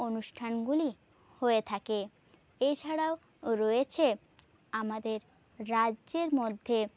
অনুষ্ঠানগুলি হয়ে থাকে এছাড়াও রয়েছে আমাদের রাজ্যের মধ্যে